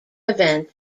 events